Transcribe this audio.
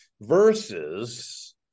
versus